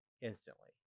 instantly